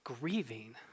grieving